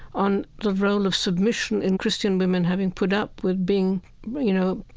on the role of submission in christian women, having put up with being you know,